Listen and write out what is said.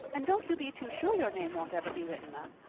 and don't you be too sure your name won't ever be written up.